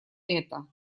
это